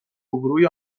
روبهروی